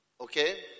Okay